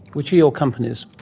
which are your companies?